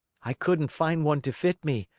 i couldn't find one to fit me.